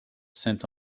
saint